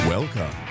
Welcome